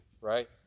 right